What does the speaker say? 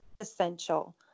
essential